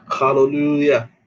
Hallelujah